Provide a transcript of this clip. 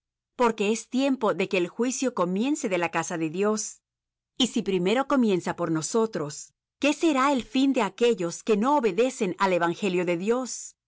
porque es tiempo de que el juicio comience de la casa de dios y si primero comienza por nosotros qué será el fin de aquellos que no obedecen al evangelio de dios